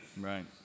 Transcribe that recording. Right